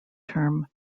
term